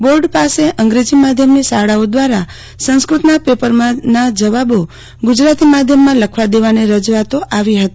board પાસે અંગ્રેજી માધ્યમની શાળાઓ દ્વારા સંસ્ક્રતના પેપરમાં જવાબો ગુજરાતી માધ્યમમાં લખવા દેવાની રજુઆતો આવી હતી